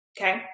okay